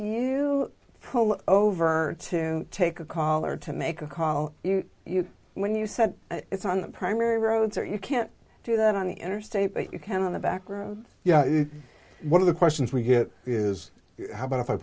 pull over to take a call or to make a call you when you said it's on the primary roads or you can't do that on the interstate you can in the back room yeah one of the questions we get is how about if i